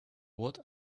what